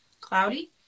cloudy